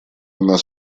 она